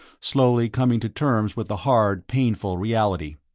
slowly coming to terms with the hard, painful reality.